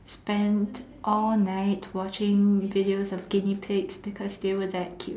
spent all night watching videos of guinea pigs because they were that cute